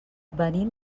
venim